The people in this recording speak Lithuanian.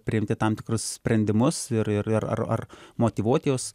priimti tam tikrus sprendimus ir ir ir ar ar ar motyvuoti juos